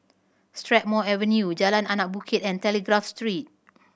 Strathmore Avenue Jalan Anak Bukit and Telegraph Street